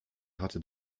hatte